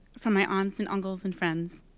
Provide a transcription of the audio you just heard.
from my aunts, and uncles and friends.